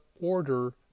order